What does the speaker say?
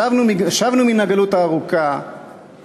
שבנו מהגלות הארוכה,